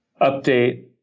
update